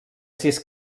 sis